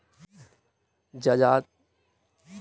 जजातिक खेती पद्धति पारंपरिक आ आधुनिक दुनू देखबा मे अबैत अछि